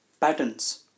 patterns